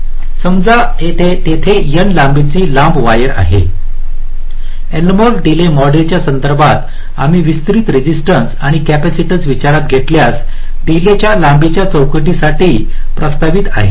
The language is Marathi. समजा तेथे n लांबीची लांब वायर आहे एल्मोर डीले मॉडेलच्या संदर्भात आम्ही वितरित रेसिस्टंस आणि कॅपॅसिटन्स विचारात घेतल्यास डीले लांबीच्या चौकटीसाठी प्रस्तावित आहे